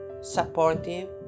supportive